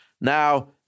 Now